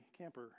camper